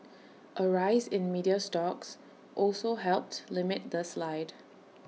A rise in media stocks also helped limit the slide